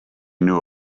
knew